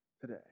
today